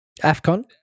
AFCON